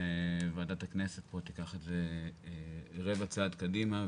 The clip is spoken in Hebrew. ועדת הכנסת פה תיקח את זה רבע צעד קדימה.